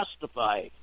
justify